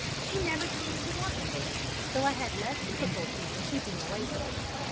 she never seemed to want me there, so i had less difficulty in keeping away from her.